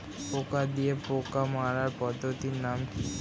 পোকা দিয়ে পোকা মারার পদ্ধতির নাম কি?